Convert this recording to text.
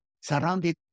surrounded